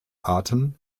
arten